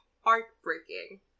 heartbreaking